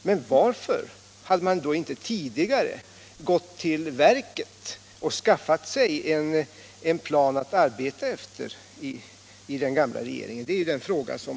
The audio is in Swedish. Varför hade den gamla regeringen då inte tidigare gått till verket och skaffat sig en plan att arbeta efter? Den frågan kan ställas.